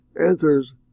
answers